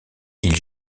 ils